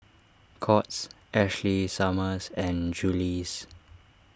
Courts Ashley Summers and Julie's